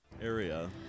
area